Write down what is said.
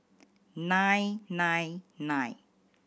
nine nine nine